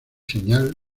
señal